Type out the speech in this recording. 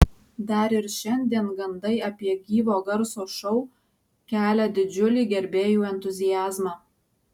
dar ir šiandien gandai apie gyvo garso šou kelia didžiulį gerbėjų entuziazmą